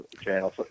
Channel